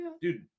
dude